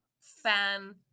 fan